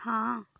हाँ